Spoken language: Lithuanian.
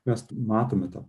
mes matome tą